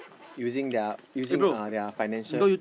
using their using uh their financial